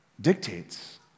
dictates